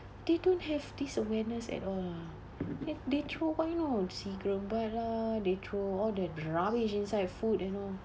they don't have this awareness at all ah they they throw what you know cigarette butt lah they throw all the rubbish inside food and all